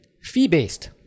fee-based